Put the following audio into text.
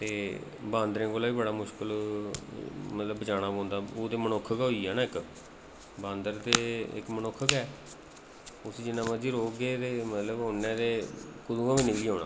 ते बांदरें कोला बी बड़ा मुश्कल मतलब बचाना पौंदा ओह् ते मनुक्ख गै होई गेआ ना इक बांदर ते इक मनुक्ख गै ऐ उसी जिन्ना मर्जी रोकगे ते मतलब उ'न्नै ते कुतै दा बी निकली औना